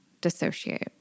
dissociate